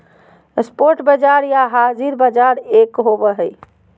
spot बाजार या हाज़िर बाजार एक होबो हइ